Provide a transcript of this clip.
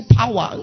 power